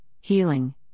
healing